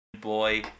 boy